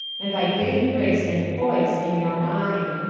and by getting grace and poise in your mind.